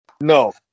No